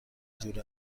دور